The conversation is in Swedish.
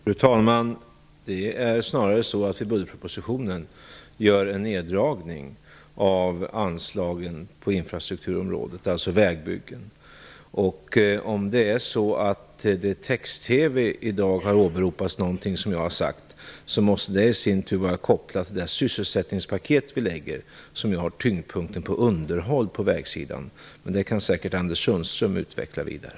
Fru talman! Det är snarare så att vi i budgetpropositionen gör en neddragning av anslagen på infrastrukturområdet, alltså vägbyggen. Om det är så att det i text-TV i dag har åberopats någonting som jag har sagt måste det i sin tur vara kopplat till det sysselsättningspaket vi lägger fram, som har tyngdpunkten på underhåll på vägsidan. Det kan säkert Anders Sundström utveckla vidare.